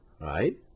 right